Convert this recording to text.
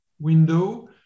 window